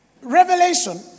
Revelation